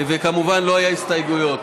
כמובן, לא היו הסתייגויות.